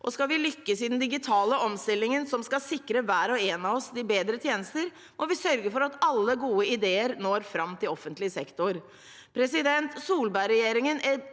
skal vi lykkes i den digitale omstillingen, som skal sikre hver og en av oss bedre tjenester, må vi sørge for at alle gode ideer når fram til offentlig sektor.